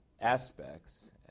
aspects